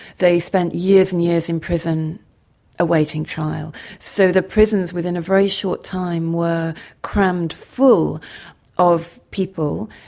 they spent years and years in prison awaiting trial. so the prisons within a very short time were crammed full of people,